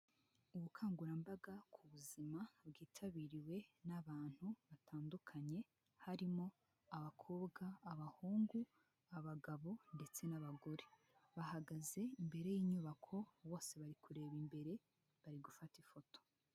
Ubukangurambaga ku buzima bwitabiriwe n'abantu batandukanye, harimo abakobwa, abahungu, abagabo ndetse n'abagore bahagaze imbere y'inyubako bose bari kureba imbere bari gufata ifoto.